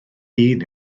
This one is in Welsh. hun